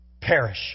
perish